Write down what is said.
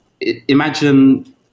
imagine